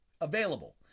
available